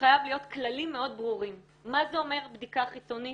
חייבים להיות כללים מאוד ברורים מה זה אומר בדיקה חיצונית.